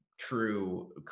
true